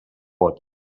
vot